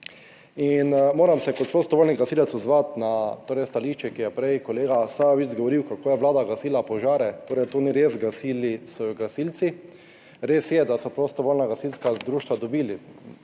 In moram se kot prostovoljni gasilec odzvati na torej stališče, ki je prej kolega Savič govoril kako je Vlada gasila požare, torej to ni res, gasili so gasilci. Res je, da so prostovoljna gasilska društva dobili